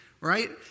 right